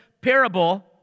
parable